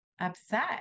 upset